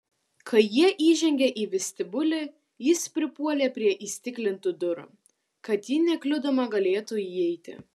kai jie įžengė į vestibiulį jis pripuolė prie įstiklintų durų kad ji nekliudoma galėtų įeiti